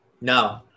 No